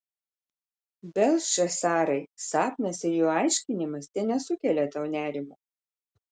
beltšacarai sapnas ir jo aiškinimas tenesukelia tau nerimo